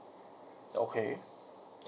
okay